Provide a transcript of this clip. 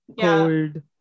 cold